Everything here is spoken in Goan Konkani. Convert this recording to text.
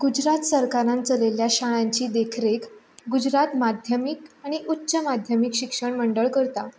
गुजरात सरकारान चलयल्ल्या शाळांची देखरेख गुजरात माध्यमीक आनी उच्च माध्यमीक शिक्षण मंडळ करता